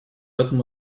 этом